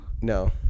No